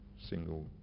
single